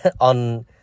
on